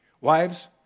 Wives